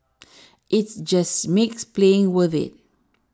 it's just makes playing worthwhile